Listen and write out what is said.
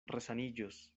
resaniĝos